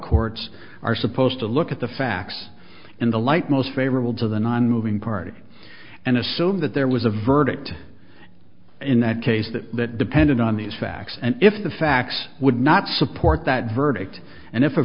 courts are supposed to look at the facts in the light most favorable to the nonmoving party and assume that there was a verdict in that case that that depended on these facts and if the facts would not support that verdict and if a